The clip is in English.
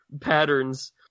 patterns